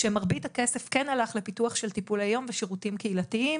כשמרבית הכסף כן הלך לפיתוח של טיפולי יום ושירותים קהילתיים